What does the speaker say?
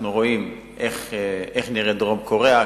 אנחנו רואים איך נראית דרום-קוריאה,